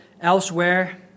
elsewhere